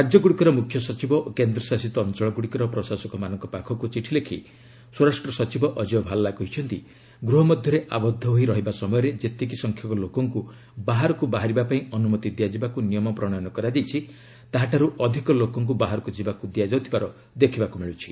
ରାଜ୍ୟଗୁଡ଼ିକର ମୁଖ୍ୟ ସଚିବ ଓ କେନ୍ଦ୍ରଶାସିତ ଅଞ୍ଚଳଗୁଡ଼ିକର ପ୍ରଶାସକମାନଙ୍କ ପାଖକୁ ଚିଠି ଲେଖି ସ୍ୱରାଷ୍ଟ୍ର ସଚିବ ଅଜୟ ଭାଲା କହିଛନ୍ତି ଗୃହ ମଧ୍ୟରେ ଆବଦ୍ଧ ହୋଇ ରହିବା ସମୟରେ ଯେତିକି ସଂଖ୍ୟକ ଲୋକଙ୍କୁ ବାହାରକୁ ବାହାରିବା ପାଇଁ ଅନୁମତି ଦିଆଯିବାକୁ ନିୟମ ପ୍ରଣୟନ କରାଯାଇଛି ତାହାଠାରୁ ଅଧିକ ଲୋକଙ୍କୁ ବାହାରକୁ ଯିବାକୁ ଦିଆଯାଉଥିବାର ଦେଖିବାକୁ ମିଳୁଛି